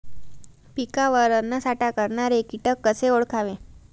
पिकावर अन्नसाठा करणारे किटक कसे ओळखावे?